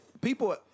people